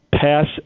pass